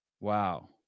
Wow